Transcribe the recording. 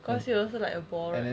cause you also like a ball